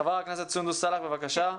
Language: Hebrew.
חברת הכנסת סונדוס סאלח, בבקשה.